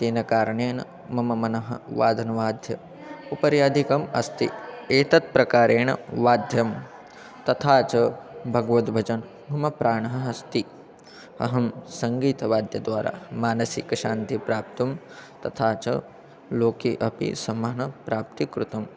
तेन कारणेन मम मनः वादनवाद्योपरि अधिकम् अस्ति एतत् प्रकारेण वाद्यं तथा च भगवद्भजने मम प्राणः अस्ति अहं सङ्गीतवाद्यद्वारा मानसिकशान्तिः प्राप्तुं तथा च लोके अपि सम्मानप्राप्ति कृतम्